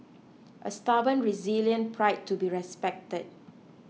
a stubborn resilient pride to be respected